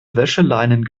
wäscheleinen